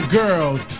girls